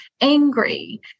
angry